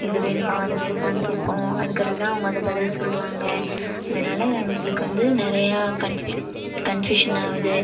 இது வேணுமா அது வேணுமான்னு கேட்போம் அதுக்கடுத்து தான் அவங்க அதை பதில் சொல்லுவாங்க இதனால எங்களுக்கு வந்து நிறைய கன்ஃபியூ கன்ஃபியூஷன் ஆகுது